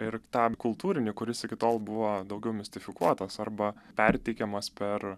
ir tą kultūrinį kuris iki tol buvo daugiau mistifikuotas arba perteikiamas per